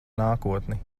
nākotni